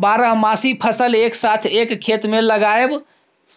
बारहमासी फसल एक साथ एक खेत मे लगाएब